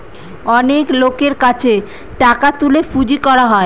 অনেক লোকের কাছে টাকা তুলে পুঁজি করা হয়